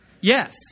Yes